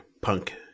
Punk